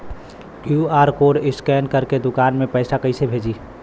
QR code scan करके दुकान में पैसा कइसे भेजी?